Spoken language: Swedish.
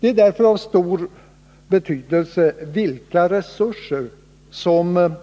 Det är därför av stor betydelse vilka resurser som